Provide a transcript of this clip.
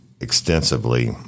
extensively